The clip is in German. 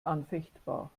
anfechtbar